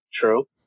true